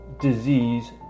disease